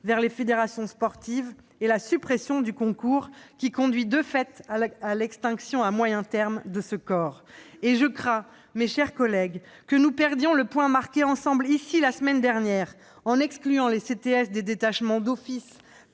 vers les fédérations sportives et supprimer le concours, ce qui conduirait de fait à l'extinction, à moyen terme, de ce corps. Mes chers collègues, je crains que nous ne perdions le point marqué ensemble, ici, la semaine dernière, en excluant les CTS des détachements d'office